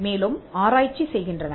மேலும் ஆராய்ச்சி செய்கின்றன